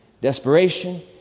desperation